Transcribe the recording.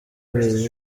abiri